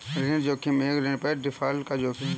ऋण जोखिम एक ऋण पर डिफ़ॉल्ट का जोखिम है